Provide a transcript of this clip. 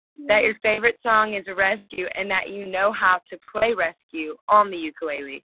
that your favorite song is rescue and that you know how to play rescue on the ukelele.